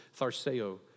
tharseo